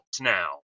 now